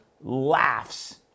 laughs